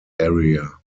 area